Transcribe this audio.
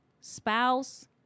spouse